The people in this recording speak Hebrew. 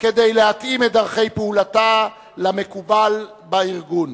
כדי להתאים את דרכי פעולתה למקובל בארגון.